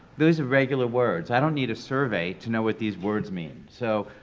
those are regular words. i don't need a survey to know what these words mean. so,